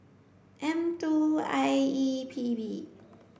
M two I E P B